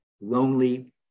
lonely